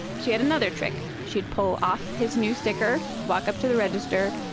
she had another trick. she'd pull off his new sticker, walk up to the register,